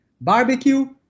barbecue